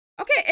Okay